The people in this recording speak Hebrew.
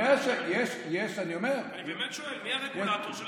יש, אני אומר, אני באמת שואל: מי